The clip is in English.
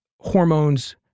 hormones